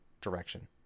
direction